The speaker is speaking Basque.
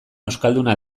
euskalduna